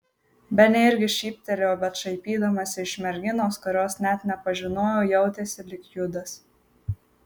benė irgi šyptelėjo bet šaipydamasi iš merginos kurios net nepažinojo jautėsi lyg judas